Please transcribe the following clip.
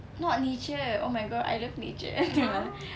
not nature oh my god I love nature no lah